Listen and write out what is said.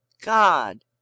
god